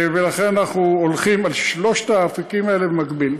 ולכן, אנחנו הולכים על שלושת האפיקים האלה במקביל.